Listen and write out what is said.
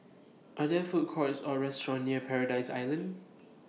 Are There Food Courts Or restaurants near Paradise Island